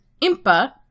impa